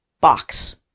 box